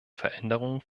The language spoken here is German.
veränderungen